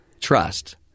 trust